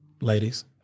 ladies